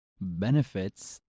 benefits